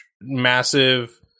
massive